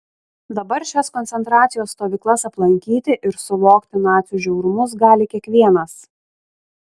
dabar šias koncentracijos stovyklas aplankyti ir suvokti nacių žiaurumus gali kiekvienas